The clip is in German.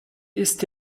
ist